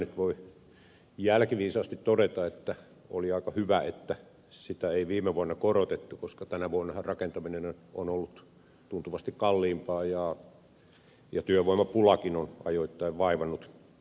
nyt voi jälkiviisaasti todeta että oli aika hyvä että sitä ei viime vuonna korotettu koska tänä vuonnahan rakentaminen on ollut tuntuvasti kalliimpaa ja työvoimapulakin on ajoittain vaivannut